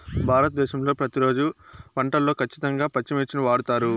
భారతదేశంలో ప్రతిరోజు వంటల్లో ఖచ్చితంగా పచ్చిమిర్చిని వాడుతారు